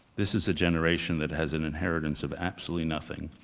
this is a generation that has an inheritance of absolutely nothing,